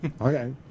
Okay